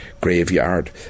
graveyard